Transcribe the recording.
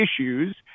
issues